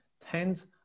tens